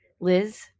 Liz